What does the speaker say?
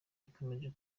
gikomeje